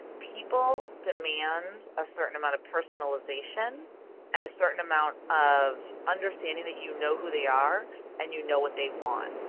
people demand a certain amount of personalization and a certain amount of understating that you know who they are and you know what they want.